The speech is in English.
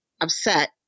upset